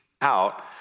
out